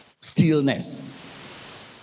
Stillness